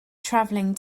traveling